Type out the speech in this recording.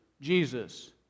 Jesus